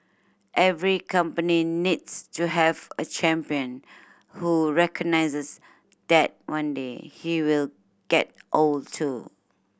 every company needs to have a champion who recognises that one day he will get old too